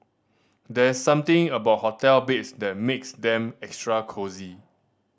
there's something about hotel beds that makes them extra cosy